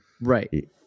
Right